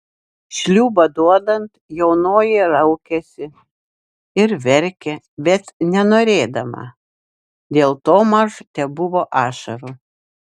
šliūbą duodant jaunoji raukėsi ir verkė bet nenorėdama dėl to maž tebuvo ašarų